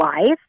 life